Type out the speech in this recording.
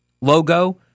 logo